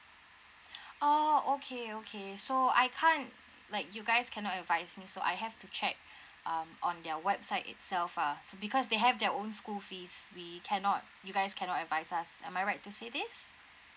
oh okay okay so I can't like you guys cannot advise me so I have to check um on their website itself ah because they have their own school fees we cannot you guys cannot advise us am I right to say this